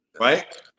right